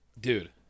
Dude